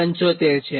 75 છે